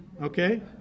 okay